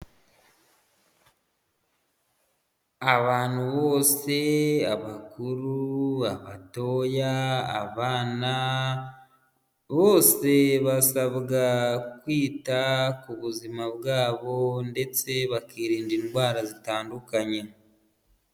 Abantu bose abakuru, abatoya, abana bose basabwa kwita ku buzima bwabo ndetse bakirinda indwara zitandukanye.